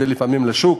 זה לפעמים לשוק,